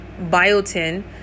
biotin